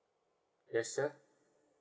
yes sir